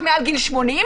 גברתי,